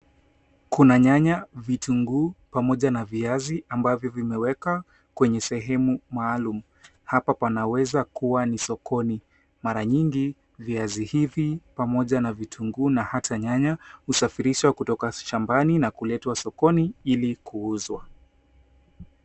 Kuna nyanya, vitunguu pamoja na viazi ambavyo vimewekwa kwenye sehemu maalumu. Hapa panaweza kuwa ni sokoni. Mara nyingi viazi hivi pamoja na vituguu na hata nyanya husafirishwa kutoka shambani na kuletwa sokoni ili kuuzwa.